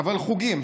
אבל חוגים,